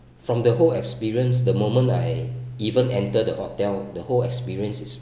from the whole experience the moment I even enter the hotel the whole experience is